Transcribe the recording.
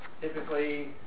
typically